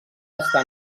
està